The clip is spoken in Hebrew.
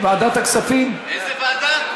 איזו ועדה?